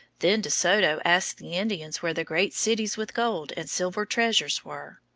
then de soto asked the indians where the great cities with gold and silver treasures were.